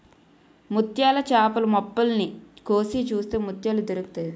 ముత్యాల చేపలు మొప్పల్ని కోసి చూస్తే ముత్యాలు దొరుకుతాయి